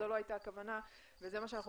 זו לא הייתה הכוונה וזה מה שאנחנו